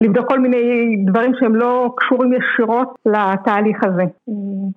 לבדוק כל מיני דברים שהם לא קשורים ישירות לתהליך הזה